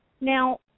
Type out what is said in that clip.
Now